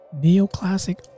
Neoclassic